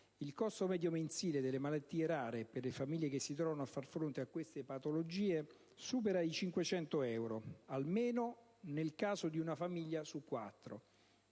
il costo medio mensile delle malattie rare, per le famiglie che si trovano a far fronte a queste patologie, supera i 500 euro, almeno nel caso di una famiglia su quattro,